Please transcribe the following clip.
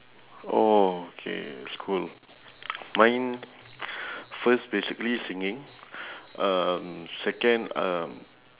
oh K that's cool mine first basically singing um second um